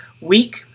week